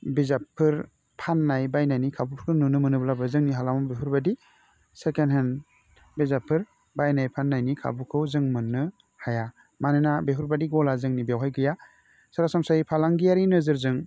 बिजाबफोर फान्नाय बायनायनि खाबुफोर नुनो मोनोब्लाबो जोंनि हालामाव बेफोरबादि सेकेण्ड हेण्ड बिजाबफोर बायनाय फान्नायनि खाबुखौ जों मोन्नो हाया मानोना बेफोरबादि गला जोंनि बेवहाय गैया सरासनस्रायै फालांगियारि नोजोरजों